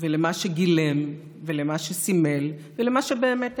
ולמה שגילם ולמה שסימל ולמה שבאמת היה: